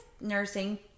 nursing